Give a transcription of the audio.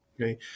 okay